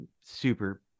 super